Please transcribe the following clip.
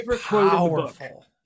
powerful